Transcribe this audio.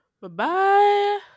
Bye-bye